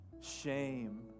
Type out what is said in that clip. shame